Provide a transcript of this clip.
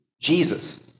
Jesus